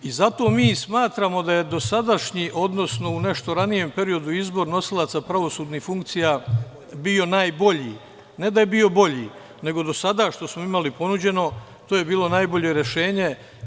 I zato mi smatramo da je dosadašnji, odnosno, u nešto ranijem periodu izbor nosilaca pravosudnih funkcija bio najbolji, ne da je bio bolji, nego do sada što smo imali ponuđeno to je bilo najbolje rešenje.